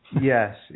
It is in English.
Yes